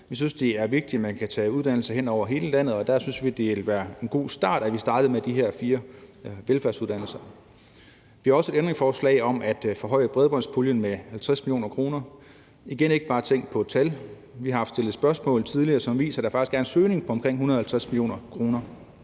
Vi synes, det er vigtigt, at man kan tage uddannelser hen over hele landet, og der synes vi, at det vil være godt at starte med de her fire velfærdsuddannelser. Vi har også et ændringsforslag, der drejer sig om at forhøje bredbåndspuljen med 50 mio. kr., og der er igen ikke bare tale om at tænke på et tal. Vi har haft stillet spørgsmål tidligere, som viser, at der faktisk er en søgning på omkring 150 mio. kr.